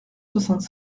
soixante